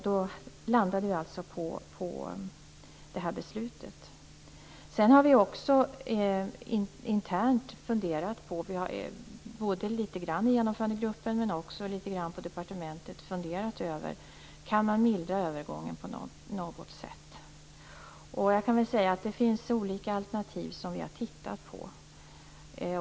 Då landade vi alltså på detta beslut. Vi har internt i Genomförandegruppen men även i departementet funderat över om man på något sätt kan milda övergången. Det finns olika alternativ som vi har tittat på.